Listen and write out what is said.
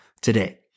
today